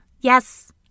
Yes